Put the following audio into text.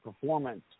performance